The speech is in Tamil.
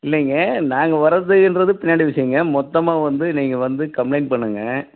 இல்லைங்க நாங்கள் வர்றதுன்றது பின்னாடி விஷயோங்க மொத்தமாக வந்து நீங்கள் வந்து கம்ப்ளைண்ட் பண்ணுங்கள்